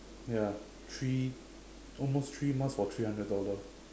ya three almost three months for three hundred dollar